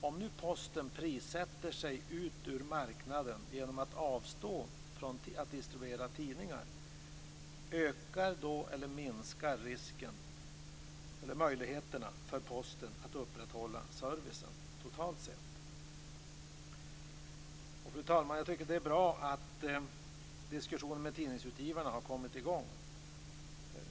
Om nu Posten prissätter sig ut ur marknaden genom att avstå från att distribuera tidningar, ökar eller minskar möjligheterna för Posten att upprätthålla servicen totalt sett? Fru talman! Det är bra att diskussionen med tidningsutgivarna har kommit i gång.